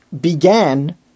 began